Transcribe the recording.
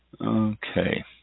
Okay